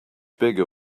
bigger